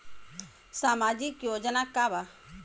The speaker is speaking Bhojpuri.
सामाजिक योजना का बा?